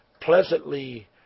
pleasantly